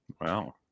Wow